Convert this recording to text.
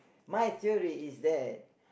my theory is that